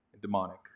demonic